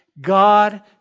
God